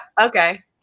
Okay